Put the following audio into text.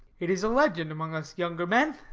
it is a legend among us younger men.